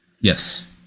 Yes